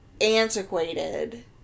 antiquated